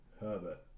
Herbert